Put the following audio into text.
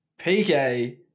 PK